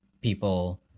people